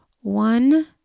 one